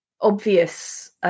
obvious